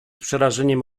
przerażeniem